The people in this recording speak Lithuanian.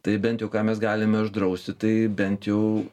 tai bent jau ką mes galime uždrausti tai bent jau